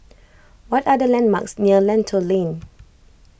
what are the landmarks near Lentor Lane